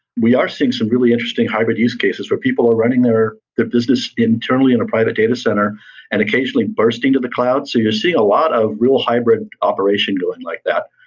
we are seeing some really interesting hybrid use cases where people are running their their business internally in a private data center and occasionally bursting to the cloud you'll see a lot of real hybrid operation going like that.